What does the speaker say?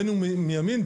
בין אם הוא מימין,